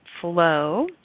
flow